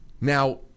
now